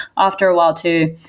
after a while too.